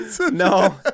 No